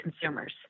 consumers